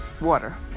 Water